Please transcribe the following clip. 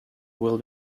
will